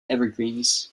evergreens